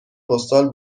پستال